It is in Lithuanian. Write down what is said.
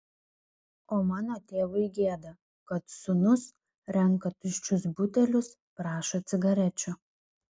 o mano tėvui gėda kad sūnus renka tuščius butelius prašo cigarečių